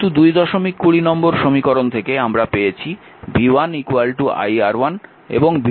কিন্তু 220 নম্বর সমীকরণ থেকে আমরা পেয়েছি v1 i R1 এবং v2 i R2